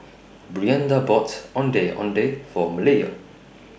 Brianda bought Ondeh Ondeh For Malaya